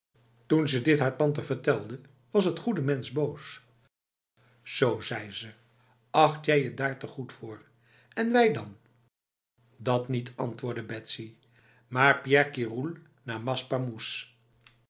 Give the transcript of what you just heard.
toen ze dit haar tante vertelde was het goede mens boos zo zei ze acht jij je daar te goed voor en wij dan dat niet antwoordde betsy maar